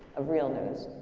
of real news.